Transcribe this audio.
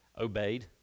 obeyed